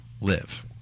live